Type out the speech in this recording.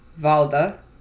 Valda